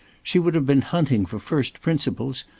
she would have been hunting for first principles,